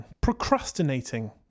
Procrastinating